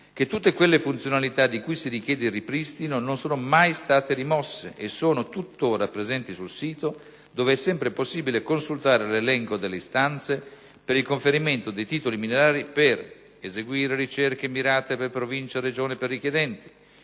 tutte quelle funzionalità di cui si richiede il ripristino non sono mai state rimosse e sono tuttora presenti sul sito, dove è sempre possibile consultare l'elenco delle istanze per il conferimento dei titoli minerari per: eseguire ricerche mirate per Provincia, Regione e per richiedenti;